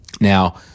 Now